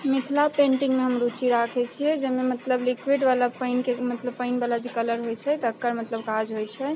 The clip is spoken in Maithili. मिथिला पेन्टिङ्गमे हम रुचि राखै छिए जाहिमे मतलब लिक्विडवला पानिके मतलब पानिवला जे कलर होइ छै तकर मतलब काज होइ छै